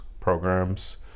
programs